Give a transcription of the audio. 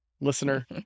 listener